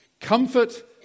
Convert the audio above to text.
Comfort